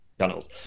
channels